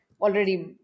already